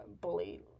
bully